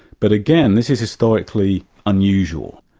but again, this is historically unusual.